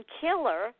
killer